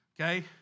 okay